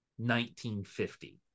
1950